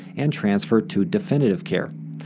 and transfer to definitive care.